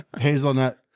Hazelnut